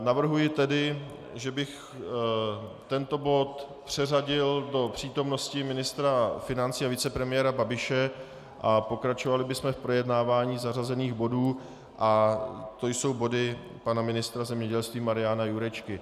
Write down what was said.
Navrhuji tedy, že bych tento bod přeřadil do přítomnosti ministra financí a vicepremiéra Babiše a pokračovali bychom v projednávání zařazených bodů, a to jsou body pana ministra zemědělství Mariana Jurečky.